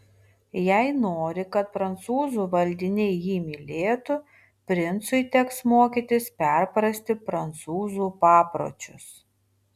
jei nori kad prancūzų valdiniai jį mylėtų princui teks mokytis perprasti prancūzų papročius